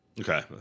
okay